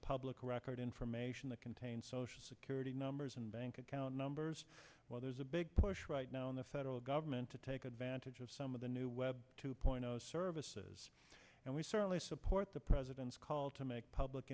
public record information that contain social security numbers and bank account numbers well there's a big push right now in the federal government to take advantage of some of the new web two point zero services and we certainly support the president's call to make public